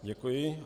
Děkuji.